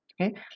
Okay